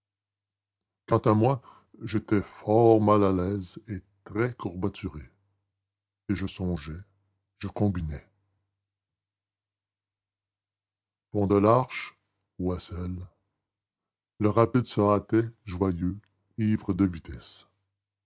quant à moi j'étais fort mal à l'aise et très courbaturé et je songeais je combinais pont de larche oissel le rapide se hâtait joyeux ivre de vitesse